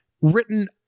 written